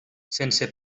sense